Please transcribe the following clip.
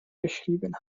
beschrieben